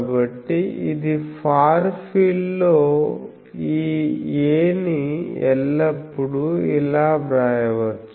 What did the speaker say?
కాబట్టి ఇది far field లో ఈ A ని ఎల్లప్పుడూ ఇలా వ్రాయవచ్చు